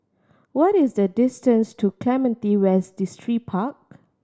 what is the distance to Clementi West Distripark